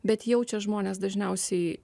bet jaučia žmonės dažniausiai